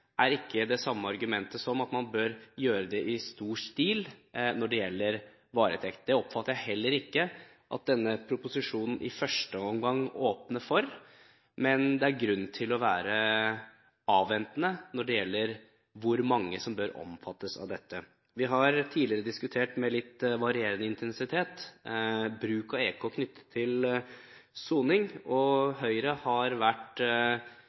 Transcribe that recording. er ikke det samme som et argument for at man bør gjøre det i stor stil når det gjelder varetekt. Det oppfatter jeg heller ikke at denne proposisjonen i første omgang åpner for, men det er grunn til å være avventende når det gjelder hvor mange som bør omfattes av dette. Vi har tidligere diskutert – med litt varierende intensitet – bruk av EK knyttet til soning, og Høyre har vært